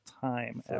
time